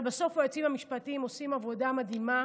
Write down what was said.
אבל בסוף היועצים המשפטיים עושים עבודה מדהימה,